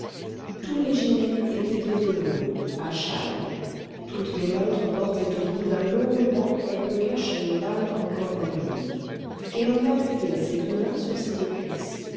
tous les gilets étaient de velours à châle toutes les montres portaient au bout d'un long ruban quelque cachet ovale en cornaline et l'on appuyait ses deux mains sur ses deux cuisses